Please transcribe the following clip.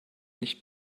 nicht